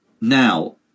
Now